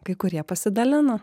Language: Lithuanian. kai kurie pasidalino